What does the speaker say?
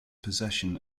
possession